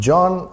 John